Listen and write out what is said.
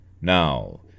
Now